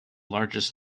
largest